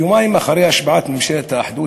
יומיים אחרי השבעת ממשלת האחדות